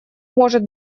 может